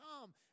come